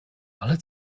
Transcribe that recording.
ale